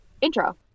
intro